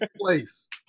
place